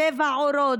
צבע עורו,